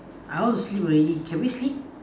I want to sleep already can we sleep